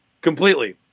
completely